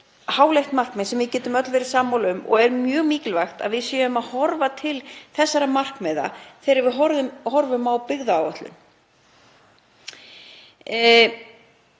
háleitt markmið sem við getum öll verið sammála um og það er mjög mikilvægt að við horfum til þessara markmiða þegar við horfum á byggðaáætlun.